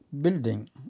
building